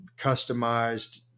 customized